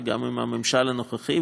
וגם עם הממשל הנוכחי,